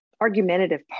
argumentative